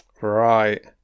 right